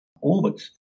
orbits